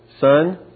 Son